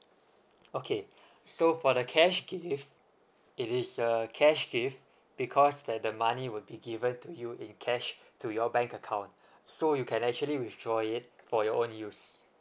okay so for the cash gift it is a cash gift because that the money would be given to you in cash to your bank account so you can actually withdraw it for your own use